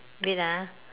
wait ah